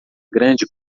grande